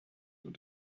und